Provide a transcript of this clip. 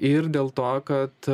ir dėl to kad